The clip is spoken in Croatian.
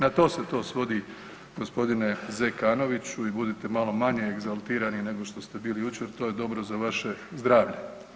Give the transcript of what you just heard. Na to se to svodi, g. Zekanoviću i budite malo manje egzaltirani nego što ste bili jučer, to je dobro za vaše zdravlje.